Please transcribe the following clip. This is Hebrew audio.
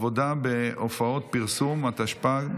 (עבודה בהופעות פרסום), התשפ"ב